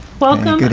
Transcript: welcome.